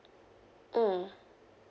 mm